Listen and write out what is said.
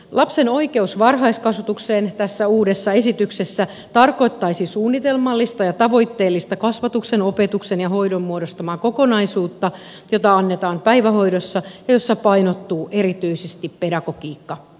lapsen oikeus varhaiskasvatukseen tässä uudessa esityksessä tarkoittaisi suunnitelmallista ja tavoitteellista kasvatuksen opetuksen ja hoidon muodostamaa kokonaisuutta jota annetaan päivähoidossa ja jossa painottuu erityisesti pedagogiikka